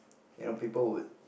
you know people would